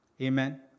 Amen